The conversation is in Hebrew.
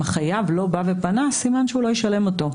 אם החייב לא בא ופנה סימן שהוא לא ישלם אותו.